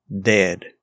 Dead